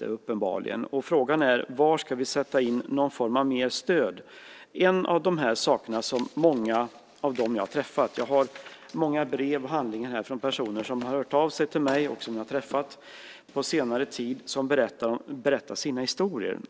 uppenbarligen inte räcker. Frågan är: Var ska vi sätta in någon form av mer stöd? Jag har många brev och handlingar här från personer som har hört av sig till mig och som jag har träffat på senare tid som berättar sina historier.